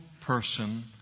person